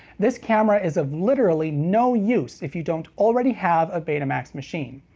this camera is of literally no use if you don't already have a betamax machine.